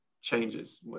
changes